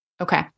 Okay